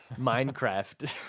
Minecraft